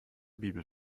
bibel